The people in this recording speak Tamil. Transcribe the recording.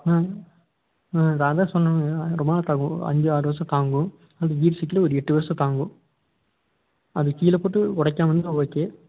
ஆ ஆ நான் அதான் சொன்னேங்க அது ரொம்ப நாள் தாங்கும் அஞ்சு ஆறு வருஷம் தாங்கும் அந்த கீர் சைக்கிளு ஒரு எட்டு வருஷம் தாங்கும் அது கீழே போட்டு உடைக்காம இருந்தால் ஓகே